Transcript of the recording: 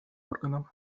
органом